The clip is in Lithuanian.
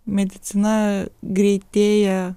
medicina greitėja